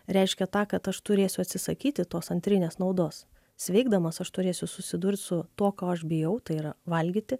reiškia tą kad aš turėsiu atsisakyti tos antrinės naudos sveikdamas aš turėsiu susidurt su tuo ko aš bijau tai yra valgyti